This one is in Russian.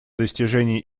достижения